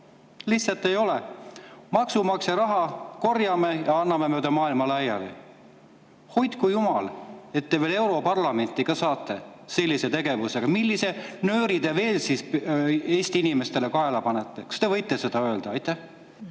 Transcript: Lihtsalt ei ole. Maksumaksja raha, korjame kokku ja jagame mööda maailma laiali. Hoidku jumal, et te veel europarlamenti saaksite sellise tegevusega! Millise nööri te veel siis Eesti inimestele kaela paneksite? Kas te võite seda öelda? Aitäh!